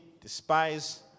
despise